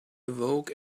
awoke